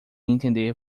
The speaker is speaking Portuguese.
entender